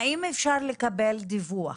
האם אפשר לקבל דיווח